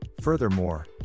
Furthermore